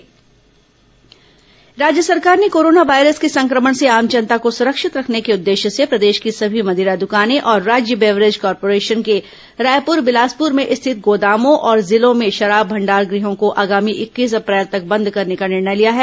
corona शराब पंजीयन कार्यालय बंद राज्य सरकार ने कोरोना वायरस के संक्रमण से आम जनता को सुरक्षित रखने के उद्देश्य से प्रदेश की सभी मदिरा दकानें और राज्य वेबरेजेस कॉर्पोरेशन के रायपर बिलासपुर में स्थित गोदामों और जिलों में शराब भंडार गहों को आगामी इक्कीस अप्रैल तक बंद करने का निर्णय लिया है